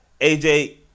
AJ